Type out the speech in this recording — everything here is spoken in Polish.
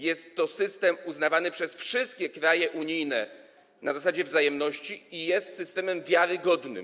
Jest to system uznawany przez wszystkie kraje unijne na zasadzie wzajemności i jest systemem wiarygodnym.